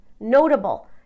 notable